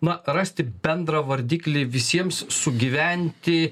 na rasti bendrą vardiklį visiems sugyventi